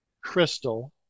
crystal